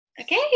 Okay